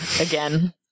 again